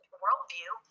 worldview